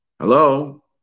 Hello